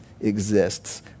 exists